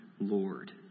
Lord